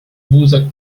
wózek